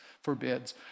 forbids